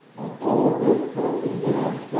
all of those cultures that